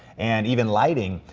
and even lighting,